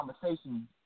conversation